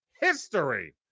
history